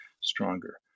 stronger